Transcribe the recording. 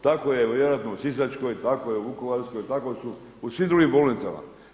Tako je vjerojatno u sisačkoj, tako je u vukovarskoj, tako su u svim drugim bolnicama.